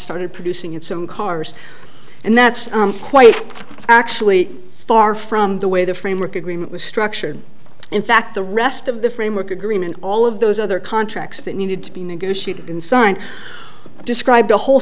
started producing its own cars and that's quite actually far from the way the framework agreement was structured in fact the rest of the framework agreement all of those other contracts that needed to be negotiated in sign described a whole